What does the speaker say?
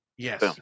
Yes